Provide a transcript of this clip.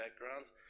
backgrounds